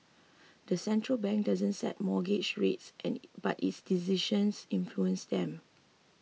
the central bank doesn't set mortgage rates and but its decisions influence them